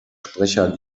sprecher